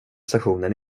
stationen